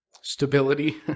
stability